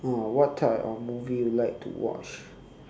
oh what type of movie you like to watch